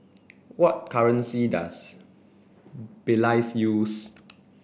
what currency does Belize use